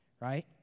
right